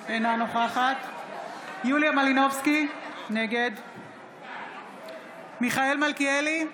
אינה נוכחת יוליה מלינובסקי, נגד מיכאל מלכיאלי,